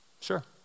sure